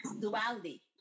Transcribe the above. duality